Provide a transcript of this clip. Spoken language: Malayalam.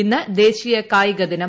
ഇന്ന് ദേശീയ കായിക ദിനം